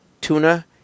tuna